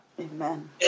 Amen